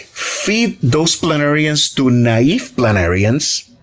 feed those planarians to naive planarians,